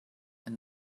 and